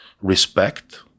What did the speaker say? respect